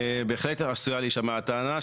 בהחלט עשויה להישמע הטענה,